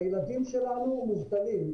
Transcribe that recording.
הילדים שלנו מובטלים,